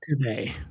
today